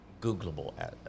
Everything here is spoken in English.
Googleable